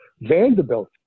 Vanderbilt